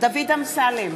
דוד אמסלם,